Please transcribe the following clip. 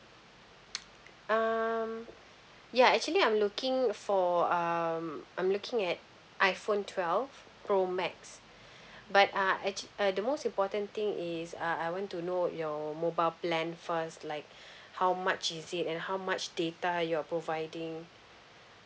um ya actually I'm looking for um I'm looking at iphone twelve pro max but uh actually uh the most important thing is uh I want to know your mobile plan for us like how much is it and how much data you're providing